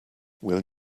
will